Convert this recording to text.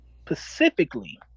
specifically